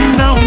no